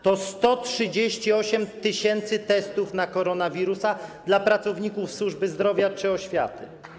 To 138 tys. testów na koronawirusa dla pracowników służby zdrowia czy oświaty.